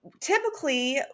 typically